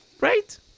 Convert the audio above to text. right